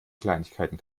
kleinigkeiten